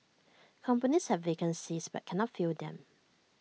companies have vacancies but cannot fill them